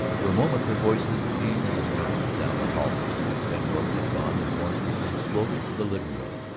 for a moment their voices came in a murmur down the hallway then norton had gone and florence returned slowly to the living-room.